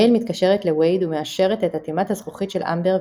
גייל מתקשרת לווייד ומאשרת את אטימת הזכוכית של אמבר,